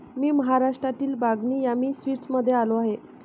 मी महाराष्ट्रातील बागनी यामी स्वीट्समध्ये आलो आहे